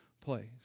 place